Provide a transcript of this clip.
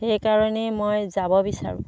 সেইকাৰণে মই যাব বিচাৰোঁ